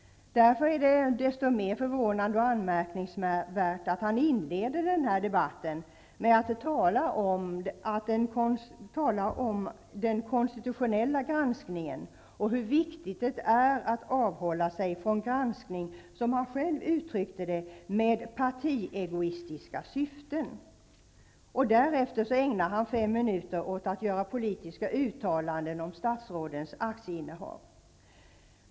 Därför är det desto mer förvånande och anmärkningsvärt att ordföranden inledde debatten med att tala om den konstitutionella granskningen och hur viktigt det är att avhålla sig från granskning ''med partiegoistiska syften''. Därefter ägnade han fem minuter åt politiska uttalanden om statsrådens aktieinnehav.